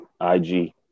IG